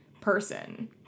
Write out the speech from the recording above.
person